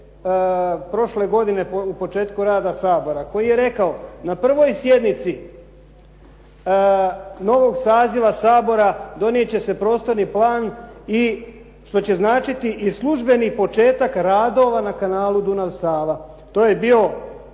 prošle godine u početku rada Sabora, koji je rekao, na prvoj sjednici novog saziva Sabora donijet će se prostorni plan što će značiti službeni početak radova na kanalu Dunav-Sava. To je bio